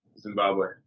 Zimbabwe